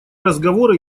разговоры